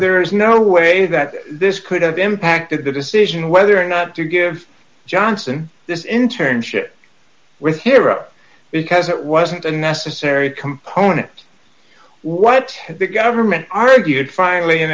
there is no way that this could have impacted the decision whether or not to give johnson this internship with hera because it wasn't a necessary component what the government argued finally in